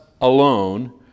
alone